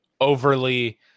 overly